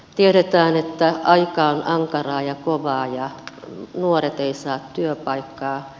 tiedetään että aika on ankaraa ja kovaa ja nuoret eivät saa työpaikkaa